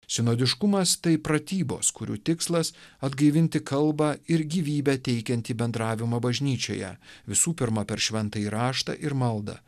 sinodiškumas tai pratybos kurių tikslas atgaivinti kalbą ir gyvybę teikiantį bendravimą bažnyčioje visų pirma per šventąjį raštą ir maldą